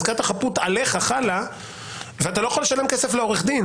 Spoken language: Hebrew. חזקת החפות חלה עליך - ואתה לא יכול לשלם כסף לעורך הדין